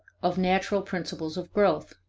of natural principles of growth.